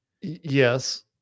Yes